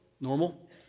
Normal